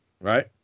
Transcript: right